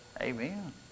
Amen